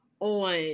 on